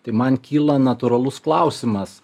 tai man kyla natūralus klausimas